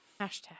Hashtag